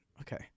okay